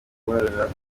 guhorera